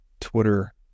Twitter